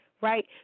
right